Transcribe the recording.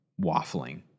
waffling